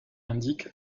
indique